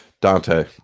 dante